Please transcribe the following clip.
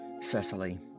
Cecily